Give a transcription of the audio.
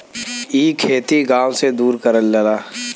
इ खेती गाव से दूर करल जाला